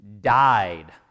died